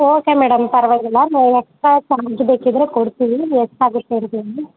okay madam ಪರವಾಗಿಲ್ಲ ನಾವು extra charge ಬೇಕಿದ್ದರೆ ಕೊಡ್ತೀವಿ ಎಷ್ಟು ಆಗುತ್ತೆ ಅಂತ ಹೇಳಿ